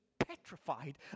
petrified